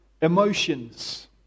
emotions